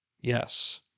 Yes